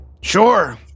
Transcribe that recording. Sure